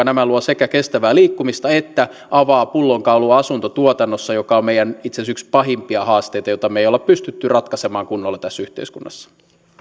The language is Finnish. nämä sekä luovat kestävää liikkumista että avaavat pullonkauloja asuntotuotannossa joka on itse asiassa yksi meidän pahimpia haasteitamme joita me emme ole pystyneet ratkaisemaan kunnolla tässä yhteiskunnassa